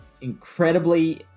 incredibly